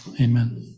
amen